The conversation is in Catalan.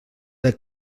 per